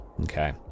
Okay